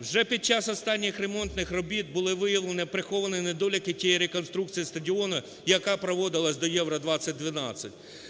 Вже під час останніх ремонтних робіт були виявлені приховані недоліки тієї реконструкції стадіону, яка проводилась до Євро-2012.